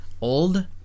old